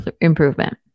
improvement